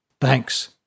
Thanks